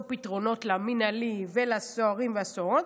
פתרונות למנהלים ולסוהרים והסוהרות,